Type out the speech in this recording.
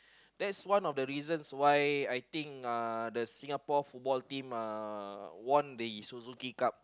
that's one of the reasons why I think uh the Singapore football team uh won the Suzuki-Cup